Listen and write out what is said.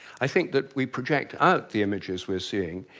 i think that we project out the images we're seeing,